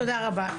תודה רבה.